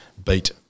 Beat